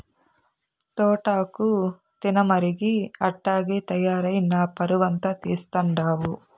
తోటాకు తినమరిగి అట్టాగే తయారై నా పరువంతా తీస్తండావు